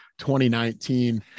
2019